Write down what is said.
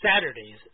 Saturdays